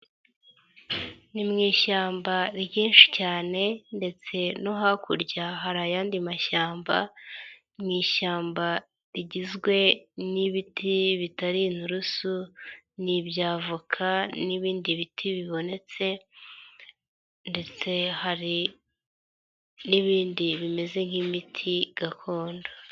Ni mu ishyamba ryinshi cyane ndetse no hakurya hari ayandi mashyamba, ni ishyamba rigizwe n'ibiti bitari inturusu, ni ibya voka n'ibindi biti bibonetse ndetse hari n'ibindi bimeze nk'imiti gakondo.